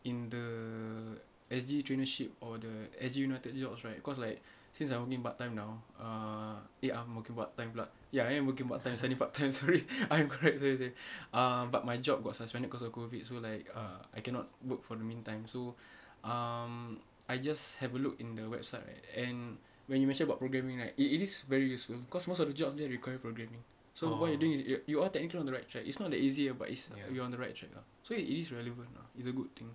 in the S_G traineeship or the S_G united jobs right cause like since I only part time now ah eh I'm working part time lah ya I am working part time studying part time sorry I'm correct sorry sorry sorry ah but my job got suspended because of COVID so like err I cannot work for the meantime so um I just have a look in the website right and when you mention about programming right it it is very useful cause most of the jobs that required programming so what you do is you you are technically on the right track it's not that easy ah but it's you're on the right track ah so it is relevant lah it's a good thing